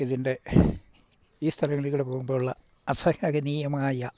ഇതിൻ്റെ ഈ സ്ഥലങ്ങളിൽ കൂടി പോകുമ്പോഴുള്ള അസഹനീയമായ